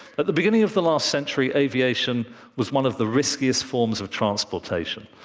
at the beginning of the last century, aviation was one of the riskiest forms of transportation.